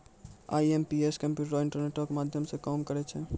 IMPS कम्प्यूटरो, इंटरनेटो के माध्यमो से काम करै छै